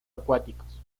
acuáticos